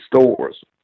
stores